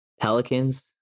Pelicans